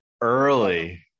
early